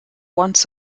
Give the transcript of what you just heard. once